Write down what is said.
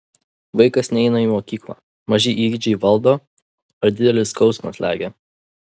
vaikas neina į mokyklą maži įgeidžiai valdo ar didelis skausmas slegia